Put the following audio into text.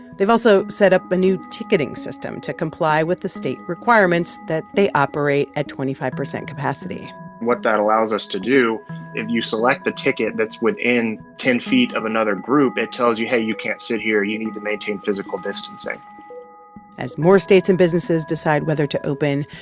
they've also set up a new ticketing system to comply with the state requirements that they operate at twenty five percent capacity what that allows us to do if you select a ticket that's within ten feet of another group, it tells you, hey you can't sit here. you need to maintain physical distancing as more states and businesses decide whether to open,